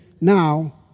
now